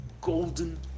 golden